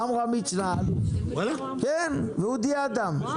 עמרם מצנע ואודי אדם,